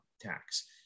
tax